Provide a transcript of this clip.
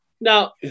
Now –